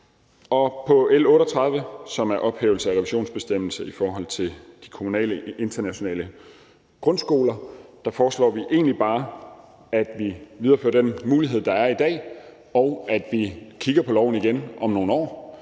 I L 38, som handler om ophævelse af revisionsbestemmelsen i forhold til de kommunale internationale grundskoler, foreslår vi egentlig bare, at vi viderefører den mulighed, der er i dag, og at vi kigger på loven igen om nogle år,